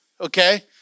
okay